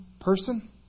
person